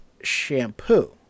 Shampoo